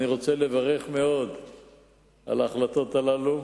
אני רוצה לברך מאוד על ההחלטות הללו.